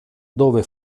dove